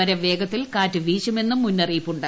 വരെ വേഗത്തിൽ കാറ്റ് വീശുമെന്നും മുന്നറിയിപ്പുണ്ട്